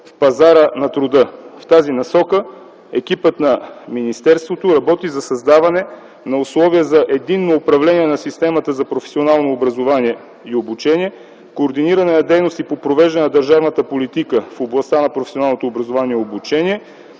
В тази насока екипът на министерството работи за създаване на условия за единно управление на системата за професионално образование и обучение, координиране на дейности по провеждане на държавната политика в областта на професионалното образование и обучение